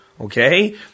Okay